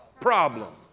problem